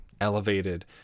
elevated